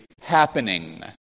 happening